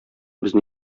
безне